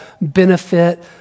benefit